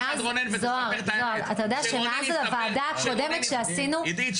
זהר אתה יודע שמאז הוועדה הקודמת שעשינו -- עידית,